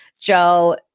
Joe